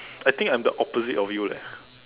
I think I'm the opposite of you leh